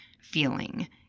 feeling